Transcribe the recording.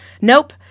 Nope